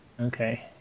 Okay